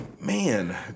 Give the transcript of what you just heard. man